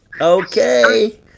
Okay